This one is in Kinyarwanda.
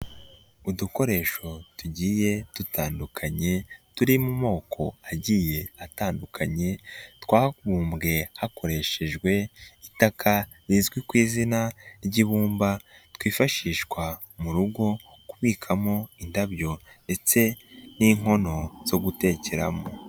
Udukoresho tugiye dutandukanye, turi mu moko agiye atandukanye, twabumbwe hakoreshejwe itaka rizwi ku izina ry'ibumba, twifashishwa mu rugo kubikamo indabyo ndetse n'inkono zo gutekeramo.